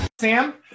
Sam